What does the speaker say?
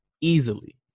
Easily